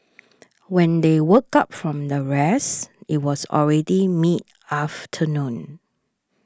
when they woke up from the rest it was already mid afternoon